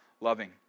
loving